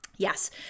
Yes